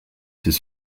his